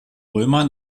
römer